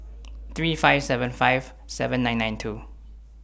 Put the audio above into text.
three five seven five seven nine nine two